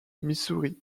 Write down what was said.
missouri